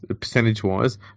percentage-wise